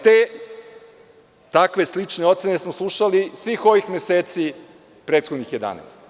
Te, takve slične ocene smo slušali svih ovih meseci, prethodnih 11.